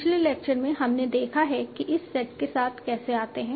पिछले लेक्चर में हमने देखा है कि इस सेट के साथ कैसे आते हैं